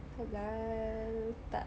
halal tak